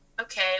okay